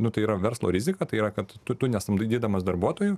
nu tai yra verslo rizika tai yra kad tu tu nesamdydamas darbuotojų